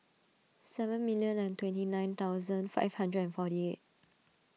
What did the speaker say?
seven million and twenty nine thousand five hundred and forty eight